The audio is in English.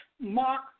Mark